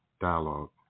dialogue